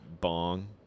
bong